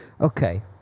Okay